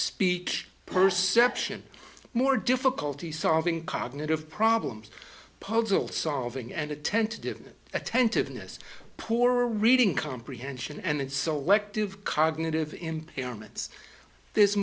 speech percept sion more difficulty solving cognitive problems puzzle solving and attentive attentiveness poor reading comprehension and insult elective cognitive impairments there's